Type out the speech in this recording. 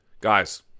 Guys